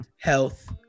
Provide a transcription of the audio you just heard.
health